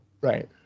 Right